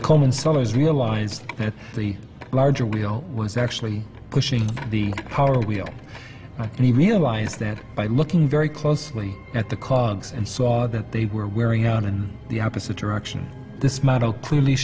coleman sellers realized that the larger wheel was actually pushing the power wheel and he realized that by looking very closely at the cogs and saw that they were wearing out in the opposite direction this model clearly